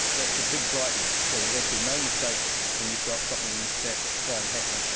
that's a big brightening, so there's absolutely no mistake when you've got something that strong happening.